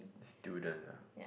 student lah